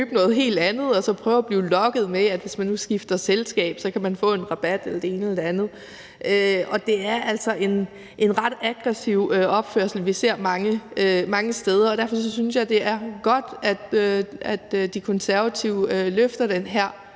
at købe noget helt andet, og blive lokket med, at hvis man nu skifter selskab, kan man få en rabat eller noget andet. Det er altså en ret aggressiv opførsel, vi ser mange steder, og derfor synes jeg, det er godt, at De Konservative løfter den her